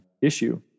issue